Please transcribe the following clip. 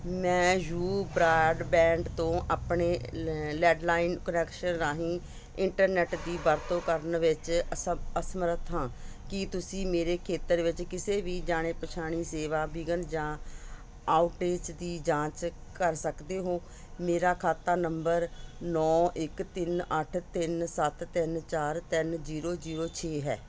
ਮੈਂ U broadband ਤੋਂ ਆਪਣੇ ਲੈਂਡਲਾਈਨ ਕੁਨੈਕਸ਼ਨ ਰਾਹੀਂ ਇੰਟਰਨੈੱਟ ਦੀ ਵਰਤੋਂ ਕਰਨ ਵਿੱਚ ਅਸ ਅਸਮਰੱਥ ਹਾਂ ਕੀ ਤੁਸੀਂ ਮੇਰੇ ਖੇਤਰ ਵਿੱਚ ਕਿਸੇ ਵੀ ਜਾਣੇ ਪਛਾਣੇ ਸੇਵਾ ਵਿਘਨ ਜਾਂ ਆਉਟੇਜ ਦੀ ਜਾਂਚ ਕਰ ਸਕਦੇ ਹੋ ਮੇਰਾ ਖਾਤਾ ਨੰਬਰ ਨੌਂ ਇੱਕ ਤਿੰਨ ਅੱਠ ਤਿੰਨ ਸੱਤ ਤਿੰਨ ਚਾਰ ਤਿੰਨ ਜੀਰੋ ਜੀਰੋ ਛੇ ਹੈ